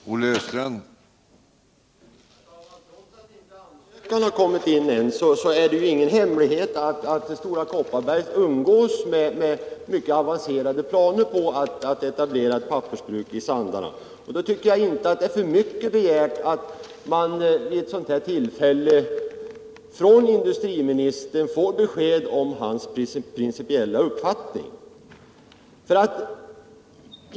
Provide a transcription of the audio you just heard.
Herr talman! Trots att ansökan ännu inte har kommit in så är det ingen hemlighet att Stora Kopparberg umgås med mycket avancerade planer på att etablera ett pappersbruk i Sandarne. Då tycker jag inte att det är för mycket begärt att man vid ett sådant här tillfälle får besked från industriministern om hans principiella uppfattning.